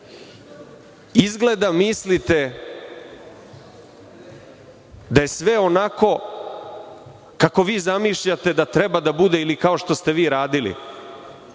to. Izgleda mislite da je sve onako kako vi zamišljate da treba da bude ili kao što ste vi radili,